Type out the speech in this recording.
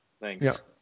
Thanks